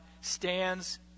stands